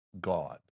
God